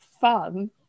fun